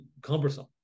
cumbersome